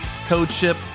CodeShip